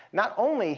not only